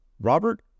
Robert